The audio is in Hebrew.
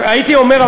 הייתי אומר,